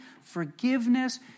forgiveness